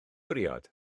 briod